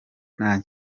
nta